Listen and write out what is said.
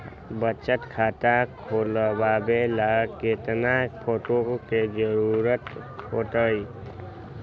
बचत खाता खोलबाबे ला केतना फोटो के जरूरत होतई?